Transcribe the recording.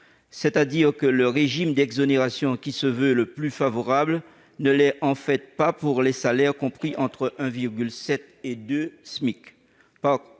dit, le régime d'exonération qui se veut le plus favorable ne l'est en fait pas pour les salaires compris entre 1,7 SMIC et 2 SMIC.